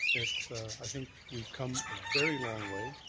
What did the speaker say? it's i think we've come a very long way.